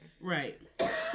Right